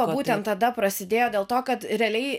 o būtent tada prasidėjo dėl to kad realiai